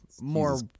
more